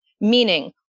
meaning